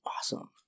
awesome